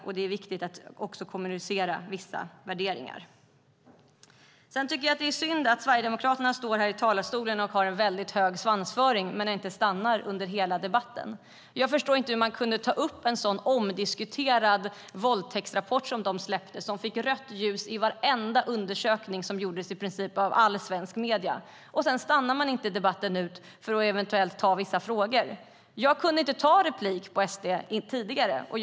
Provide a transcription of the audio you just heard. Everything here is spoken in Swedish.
Det är också viktigt att kommunicera vissa värderingar. Det är synd att Sverigedemokraterna står här i talarstolen och har en väldigt hög svansföring men inte stannar under hela debatten. Jag förstår inte hur de kunde ta upp en sådan omdiskuterad våldtäktsrapport som de släppte som fick rött ljus i varenda undersökning som gjordes i princip av alla svenska medier och sedan inte stannar debatten ut för att eventuellt ta vissa frågor. Jag kunde inte begära replik på SD tidigare under debatten.